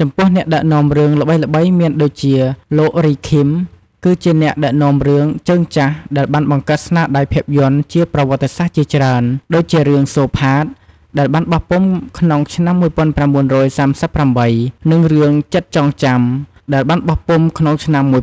ចំពោះអ្នកដឹកនាំរឿងល្បីៗមានដូចជាលោក រី ឃីម គឺជាអ្នកដឹកនាំរឿងជើងចាស់ដែលបានបង្កើតស្នាដៃភាពយន្តជាប្រវត្តិសាស្ត្រជាច្រើន ដូចជារឿង សូផាត ដែលបានបោះពុម្ពក្នុងឆ្នាំ ១៩៣៨ និង រឿង ចិត្តចងចាំ ដែលបានបោះពុម្ពក្នុងឆ្នាំ ១៩